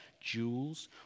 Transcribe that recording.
jewels